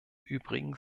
übrigen